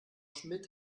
schmidt